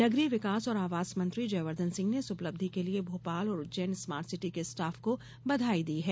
नगरीय विकास और आवास मंत्री जयवर्द्वन सिंह ने इस उपलब्धि के लिए भोपाल और उज्जैन स्मार्ट सिटी के स्टॉफ को बधाई दी है